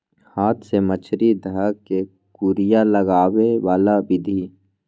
हाथ से मछरी ध कऽ कुरिया लगाबे बला विधि